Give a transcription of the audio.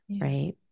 right